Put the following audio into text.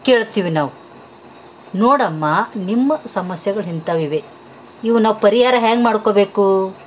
ಕೇಳ್ತೀವಿ ನಾವು ನೋಡಮ್ಮ ನಿಮ್ಮ ಸಮಸ್ಯೆಗಳು ಇಂತವ್ ಇವೆ ಇವ್ನಾವೆ ಪರಿಹಾರ ಹ್ಯಾಂಗ ಮಾಡಿಕೋಬೇಕು